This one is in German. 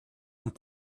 und